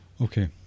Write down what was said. Okay